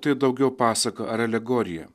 tai daugiau pasaka ar alegorija